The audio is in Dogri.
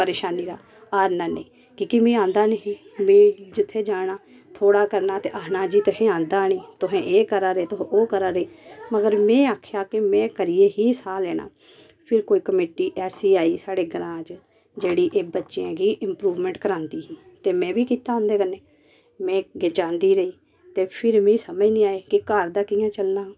परेशानी दा हारना नेई की कि मिगी आंदा नेही मीं जित्थै जाना थोह्ड़ा करना ते आखना जे तुहेंगी आंदा नी तुहें एह् करा दे तुस ओह् करा दे मगर में आखेआ कि में करियेै ही साह् लैना फिर कोई कमेटी ऐसी आई स्हाड़े ग्रां च जेह्ड़ी एह् बच्चें गी इम्प्रूवमेंट करांदी ही ते मैं बी कीता उंदे कन्ने में जांदी रेही ते फेर मिगी समझ नी आई की घर दा कि'यां चलना